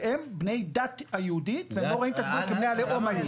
שהם בני הדת היהודית והם לא רואים את עצמם כבני הלאום היהודי.